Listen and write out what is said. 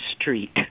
street